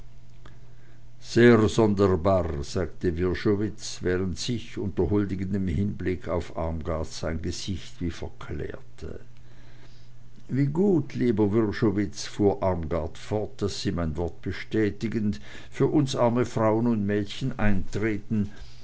sehr sonderbarr sagte wrschowitz während sich unter huldigendem hinblick auf armgard sein gesicht wie verklärte wie gut lieber wrschowitz fuhr armgard fort daß sie mein wort bestätigend für uns arme frauen und mädchen eintreten